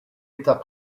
état